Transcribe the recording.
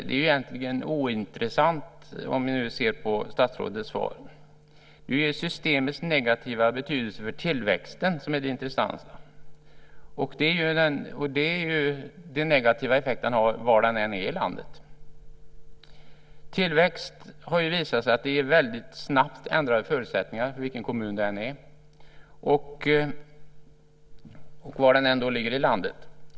Det är egentligen ointressant, om vi nu ser på statsrådets svar. Det är systemets negativa betydelse för tillväxten som är det intressanta, och denna negativa effekt har vi var vi än är i landet. Tillväxt har visat sig väldigt snabbt ändra förutsättningarna, vilken kommun det än gäller och var den än ligger i landet.